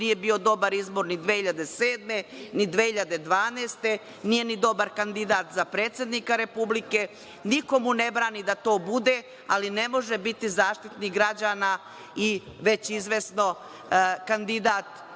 nije bio dobar izbor ni 2007, ni 2012. godine, nije ni dobar kandidat za predsednika Republike. Niko mu ne brani da to bude, ali ne može biti Zaštitnik građana i već izvesno kandidat